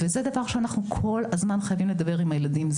וזה דבר שאנחנו כל הזמן חייבים לדבר עם הילדים.